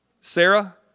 Sarah